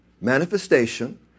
manifestation